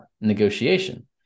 negotiation